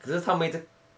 可是他们一直